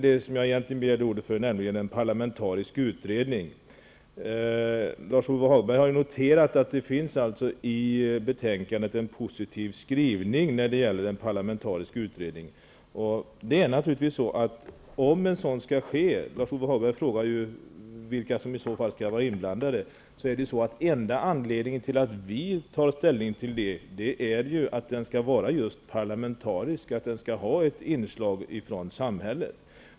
Det som jag egentligen begärde ordet för gäller detta med en parlamentarisk utredning. Lars-Ove Hagberg har noterat att det finns en positiv skrivning i betänkandet när det gäller en parlamentarisk utredning. Enda anledningen till att vi tar ställning till om en sådan skall ske är att den skall vara just parlamentarisk. Lars-Ove Hagberg frågade ju vilka som i så fall skall vara inblandade. Den skall ha ett inslag från samhället.